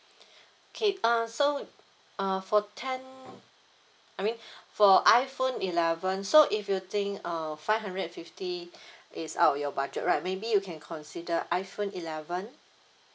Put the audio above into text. okay err so uh for ten I mean for iphone eleven so if you think err five hundred and fifty it's out of your budget right maybe you can consider iphone eleven